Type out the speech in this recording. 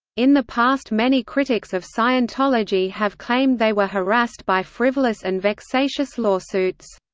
in the past many critics of scientology have claimed they were harassed by frivolous and vexatious lawsuits.